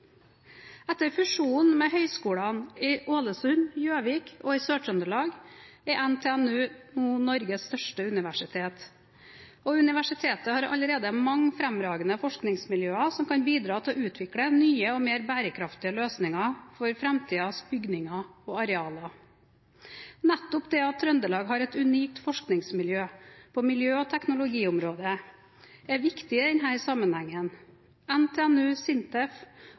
Etter fusjonen med høyskolene i Ålesund, Gjøvik og Sør-Trøndelag er NTNU nå Norges største universitet, og universitetet har allerede mange fremragende forskningsmiljøer som kan bidra til å utvikle nye og mer bærekraftige løsninger for framtidens bygninger og arealer. Nettopp det at Trøndelag har et unikt forskningsmiljø på miljø- og teknologiområdet, er viktig i denne sammenhengen. NTNU, SINTEF